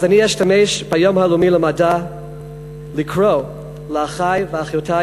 אז אני אשתמש ביום הלאומי למדע לקרוא לאחי ואחיותי